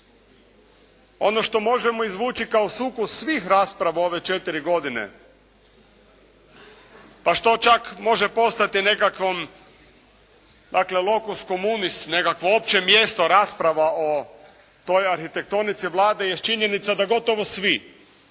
Ono što možemo izvući kao sukus svih rasprava u ove 4 godine, pa što čak može postati nekakvom dakle locus komunis, nekakvo opće mjesto, rasprava o toj arhitektonici Vlade jest činjenica da gotovo svi,